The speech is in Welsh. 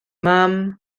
mam